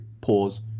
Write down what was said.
pause